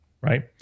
Right